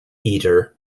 eater